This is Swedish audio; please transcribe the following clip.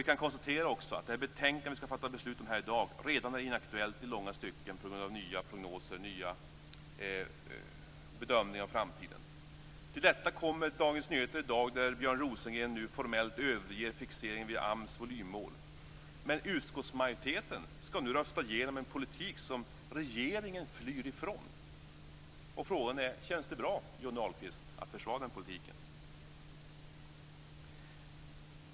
Vi kan också konstatera att det betänkande som vi skall fatta beslut om här i dag redan är inaktuellt i långa stycken på grund av nya prognoser och bedömningar om framtiden. Till detta kommer att Björn Rosengren i Dagens Nyheter i dag formellt överger fixeringen vid AMS volymmål. Men utskottsmajoriteten skall nu rösta igenom en politik som regeringen flyr ifrån. Frågan är: Känns det bra, Johnny Ahlqvist, att försvara den politiken?